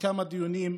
בכמה דיונים,